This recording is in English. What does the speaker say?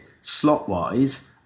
slot-wise